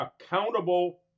accountable